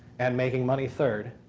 and making money third,